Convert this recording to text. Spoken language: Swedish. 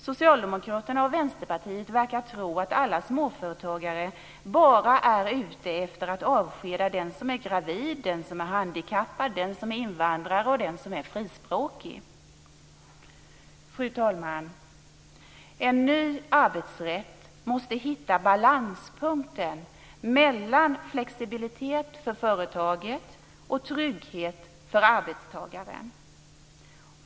Socialdemokraterna och Vänsterpartiet verkar tro att alla småföretagare bara är ute efter att avskeda den som är gravid, den som är handikappad, den som är invandrare eller den som är frispråkig. Fru talman! En ny arbetsrätt måste hitta balanspunkten mellan flexibilitet för företaget och trygghet för arbetstagaren.